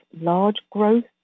large-growth